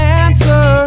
answer